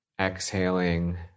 Exhaling